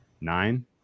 nine